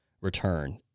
return